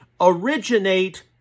originate